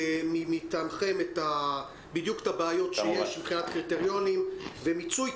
מטעמכם בדיוק את הבעיות שיש מבחינת קריטריונים ומיצוי.